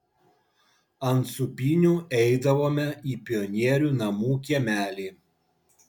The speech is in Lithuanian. ant sūpynių eidavome į pionierių namų kiemelį